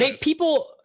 people